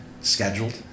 scheduled